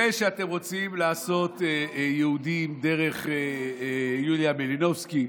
זה שאתם רוצים לעשות יהודים דרך יוליה מלינובסקי,